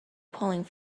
pulling